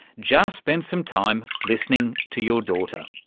just spend some time listening to your daughter.